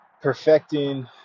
perfecting